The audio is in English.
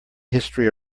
history